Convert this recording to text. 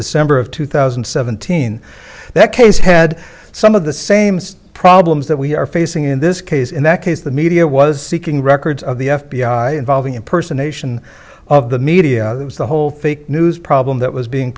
december of two thousand and seventeen that case had some of the same problems that we are facing in this case in that case the media was seeking records of the f b i involving impersonate of the media the whole fake news problem that was being